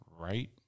right